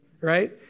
Right